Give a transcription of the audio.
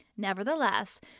Nevertheless